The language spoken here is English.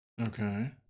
Okay